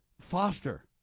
foster